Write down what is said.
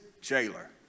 jailer